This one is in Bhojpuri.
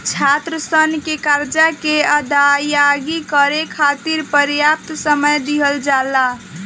छात्रसन के करजा के अदायगी करे खाति परयाप्त समय दिहल जाला